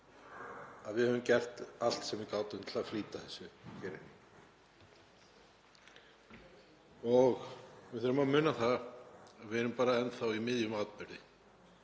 að við höfum gert allt sem við gátum til að flýta þessu. Við þurfum að muna það að við erum bara enn þá í miðjum atburði.